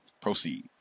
proceed